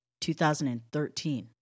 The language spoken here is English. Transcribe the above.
2013